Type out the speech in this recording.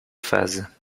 phases